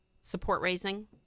support-raising